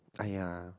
aiyah